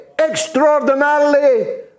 extraordinarily